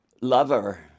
lover